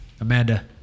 Amanda